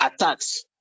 attacks